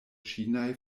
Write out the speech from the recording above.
ĉinaj